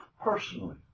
personally